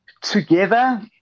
together